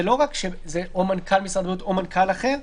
זה לא רק או מנכ"ל משרד הבריאות או מנכ"ל אחר,